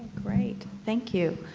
great. thank you.